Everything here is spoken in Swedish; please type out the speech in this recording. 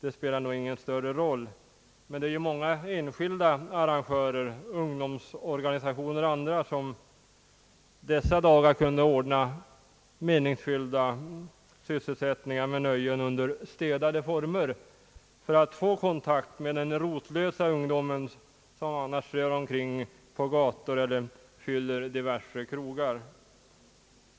Det finns emellertid många enskilda arrangörer — ungdomsorganisationer och andra — som under dessa dagar kunde ordna meningsfyllda sysselsättningar med nöjen under städade former för att få kontakt med den rotlösa ungdomen som annars strövar omkring på gator eller fyller diverse krogar.